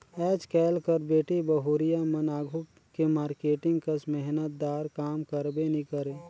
आएज काएल कर बेटी बहुरिया मन आघु के मारकेटिंग कस मेहनत दार काम करबे नी करे